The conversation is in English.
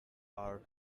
are